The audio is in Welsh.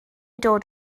dod